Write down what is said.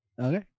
Okay